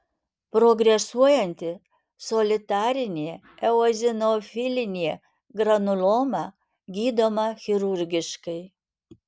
progresuojanti solitarinė eozinofilinė granuloma gydoma chirurgiškai